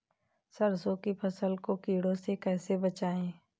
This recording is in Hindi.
सरसों की फसल को कीड़ों से कैसे बचाएँ?